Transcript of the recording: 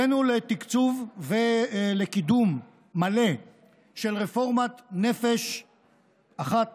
הבאנו לתקצוב ולקידום מלא של רפורמת נפש אחת